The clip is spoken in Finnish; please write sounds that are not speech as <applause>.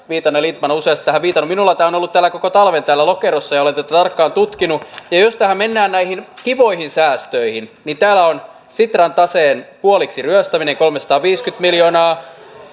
<unintelligible> viitanen ja lindtman ovat useasti tähän viitanneet minulla tämä on ollut koko talven täällä lokerossa ja olen tätä tarkkaan tutkinut jos mennään näihin kivoihin säästöihin niin täällä on sitran taseen puoliksi ryöstäminen kolmesataaviisikymmentä miljoonaa